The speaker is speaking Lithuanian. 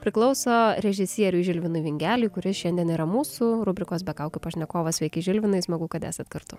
priklauso režisieriui žilvinui vingeliui kuris šiandien yra mūsų rubrikos be kaukių pašnekovas sveiki žilvinai smagu kad esat kartu